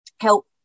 help